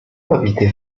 habitez